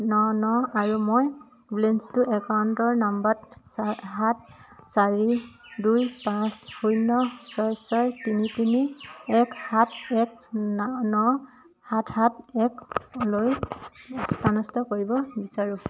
ন ন আৰু মই বেলেন্সটো একাউণ্টৰ নম্বৰ চা সাত চাৰি দুই পাঁচ শূন্য ছয় ছয় তিনি তিনি এক সাত এক ন ন সাত সাত একলৈ স্থানান্তৰ কৰিব বিচাৰো